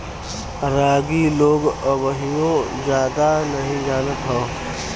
रागी लोग अबहिओ जादा नही जानत हौ